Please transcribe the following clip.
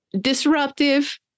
disruptive